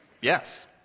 yes